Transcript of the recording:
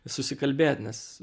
susikalbėt nes